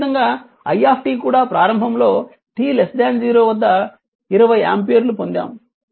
అదేవిధంగా i కూడా ప్రారంభంలో t 0 వద్ద 20 ఆంపియర్ పొందాము